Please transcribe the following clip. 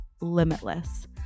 limitless